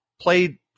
played